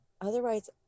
Otherwise